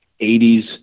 80s